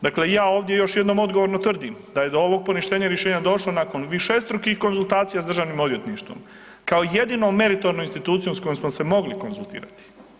Dakle, ja ovdje još jednom odgovorno tvrdim da je do ovog poništenja rješenja došlo nakon višestrukih konzultacija s državnim odvjetništvom kao jedinom meritornom institucijom s kojom smo se mogli konzultirati.